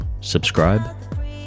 subscribe